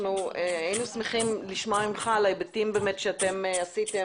היינו שמחים לשמוע ממך על ההיבטים שאתם עשיתם,